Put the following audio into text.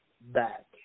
back